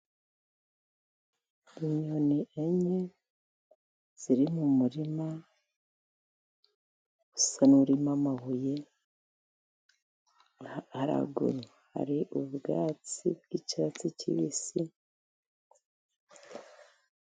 Inyoni enye ziri mu murima usa n'urimo amabuye haraguru hari ubwatsi bw'icyatsi kibisi.